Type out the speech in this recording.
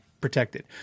protected